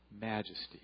majesty